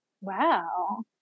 Wow